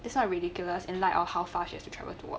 this not ridiculous in light of how far she has to travel to work